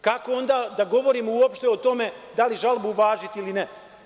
Kako onda da govorimo uopšte o tome da li žalbu uvažiti ili ne?